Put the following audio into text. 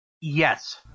Yes